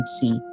see